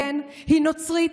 היא נוצרית,